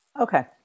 Okay